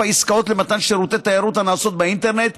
העסקאות למתן שירותי תיירות הנעשות באינטרנט,